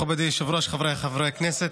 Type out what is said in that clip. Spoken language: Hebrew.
מכובדי היושב-ראש, חבריי חברי הכנסת,